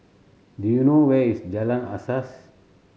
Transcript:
do you know where is Jalan Asas